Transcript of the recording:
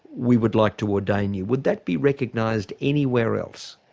we would like to ordain you. would that be recognised anywhere else?